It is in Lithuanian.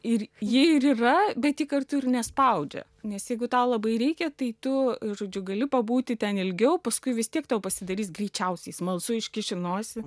ir ji yra bet ji kartu ir nespaudžia nes jeigu tą labai reikia tai tu žodžiu gali pabūti ten ilgiau paskui vis tiek tau pasidarys greičiausiai smalsu iškiši nosį